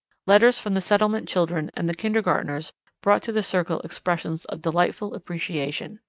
letters from the settlement children and the kindergartners brought to the circle expressions of delightful appreciation.